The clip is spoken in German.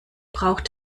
braucht